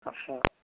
हारसिं